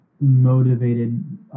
motivated